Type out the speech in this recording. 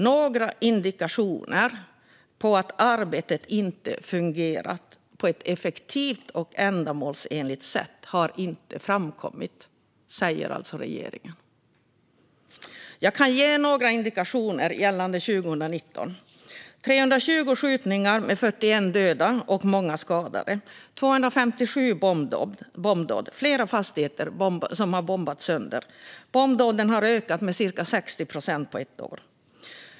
Jag kan ge några indikationer gällande 2019: Det har varit 320 skjutningar med 41 döda och många skadade. Det var 257 bombdåd. Flera fastigheter har bombats sönder. Bombdåden har ökat med ca 60 procent på ett år.